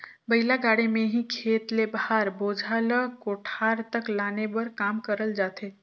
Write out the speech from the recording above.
बइला गाड़ी मे ही खेत ले भार, बोझा ल कोठार तक लाने कर काम करल जाथे